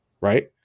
right